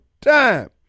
time